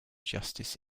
justice